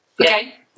Okay